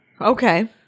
Okay